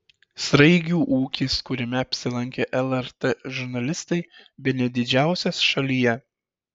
sraigių ūkis kuriame apsilankė lrt žurnalistai bene didžiausias šalyje